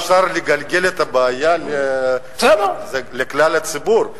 אבל אי-אפשר לגלגל את הבעיה לכלל הציבור.